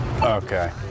Okay